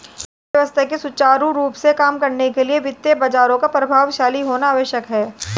अर्थव्यवस्था के सुचारू रूप से काम करने के लिए वित्तीय बाजारों का प्रभावशाली होना आवश्यक है